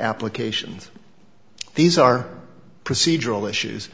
applications these are procedural issues